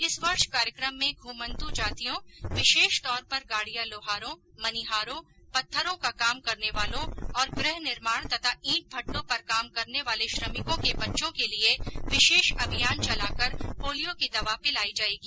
इस वर्ष कार्यक्रम में घूमन्त् जातियों विशेष तौर पर गाडियां लौहारों मनिहारो पत्थरों का काम करने वालों और गृह निर्माण तथा ईट भद्दों पर काम करने वाले श्रमिकों के बच्चों के लिए विशेष अभियान चलाकर पोलियो की दवा पिलाई जाएगी